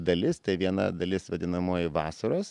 dalis tai viena dalis vadinamoji vasaros